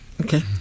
Okay